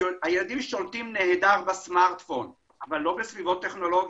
הילדים שולטים נהדר בסמארטפון אבל לא בסביבות טכנולוגיות.